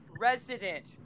resident